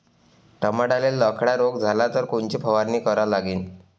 टमाट्याले लखड्या रोग झाला तर कोनची फवारणी करा लागीन?